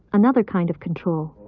another kind of control.